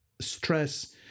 stress